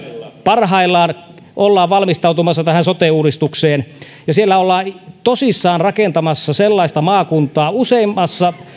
parhaillaan ollaan valmistautumassa sote uudistukseen siellä ollaan tosissaan rakentamassa sellaista maakuntaa useammassa